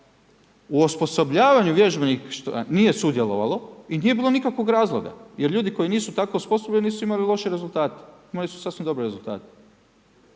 u osposobljavanju vježbeništva nije sudjelovalo i nije bilo nikakvog razloga. Jer ljudi koji nisu tako osposobljeni nisu imali loše rezultate, imali su sasvim dobre rezultate.